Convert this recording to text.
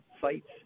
sites